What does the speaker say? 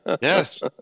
Yes